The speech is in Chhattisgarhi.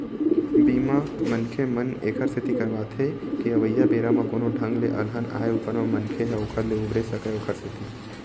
बीमा, मनखे मन ऐखर सेती करवाथे के अवइया बेरा म कोनो ढंग ले अलहन आय ऊपर म मनखे ह ओखर ले उबरे सकय ओखर सेती